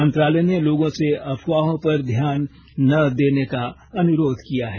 मंत्रालय ने लोगों से अफवाहों पर ध्यान न देने का अनुरोध किया है